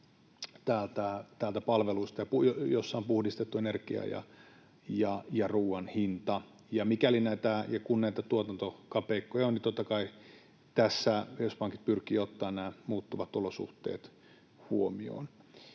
täältä palveluista ja jossa on puhdistettu energian ja ruuan hinta, ja mikäli ja kun näitä tuotantokapeikkoja on, niin totta kai keskuspankit pyrkivät ottamaan muuttuvat olosuhteet huomioon.